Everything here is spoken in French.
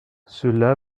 cela